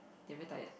they very tired